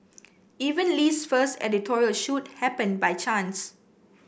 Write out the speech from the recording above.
even Lee's first editorial shoot happened by chance